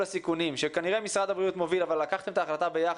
הסיכונים שכנראה משרד הבריאות מוביל אבל לקחתם את ההחלטה ביחד,